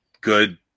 good